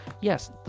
Yes